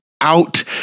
out